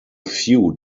few